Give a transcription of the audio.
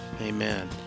amen